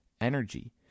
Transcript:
energy